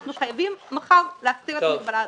אנחנו חייבים מחר להסיר את המגבלה הזאת.